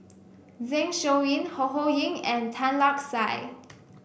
Zeng Shouyin Ho Ho Ying and Tan Lark Sye